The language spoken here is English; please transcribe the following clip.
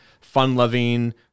fun-loving